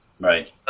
Right